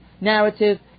narrative